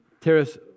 Teres